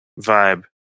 vibe